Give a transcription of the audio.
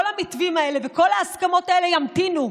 המתווים האלה וכל ההסכמות האלה ימתינו,